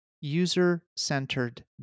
user-centered